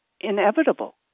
inevitable